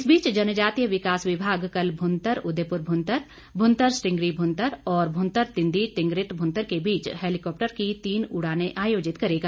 इस बीच जनजातीय विकास विभाग कल भुंतर उदयपुर भुंतर भुंतर स्टींगरी भुंतर और भुंतर तिंदी तिंगरिट भुंतर के बीच हैलीकॉप्टर की तीन उड़ाने आयोजित करेगा